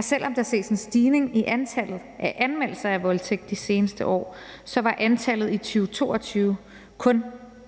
Selv om der ses en stigning i antallet af anmeldelser af voldtægt de seneste år, var antallet i 2022 kun